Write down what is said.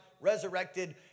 resurrected